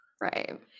Right